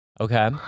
Okay